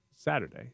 Saturday